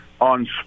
on